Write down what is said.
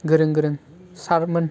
गोरों गोरों सारमोन